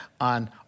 on